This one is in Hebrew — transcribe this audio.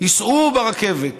ייסעו ברכבת.